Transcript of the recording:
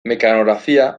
mekanografia